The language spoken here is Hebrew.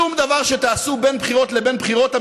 שום דבר שתעשו בין בחירות לבין בחירות,